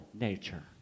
nature